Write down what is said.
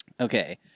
Okay